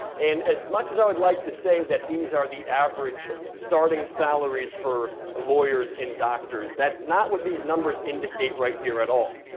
and as much as i would like to say that these are the average starting salaries for lawyers and doctors, that's not what these numbers indicate right here at all.